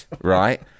right